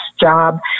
job